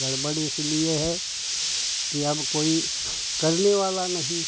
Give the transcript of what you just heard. गड़बड़ इसलिए है कि अब कोई करने वाला नहीं है